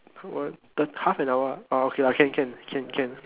one half an hour orh okay lah can can can can